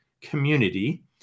community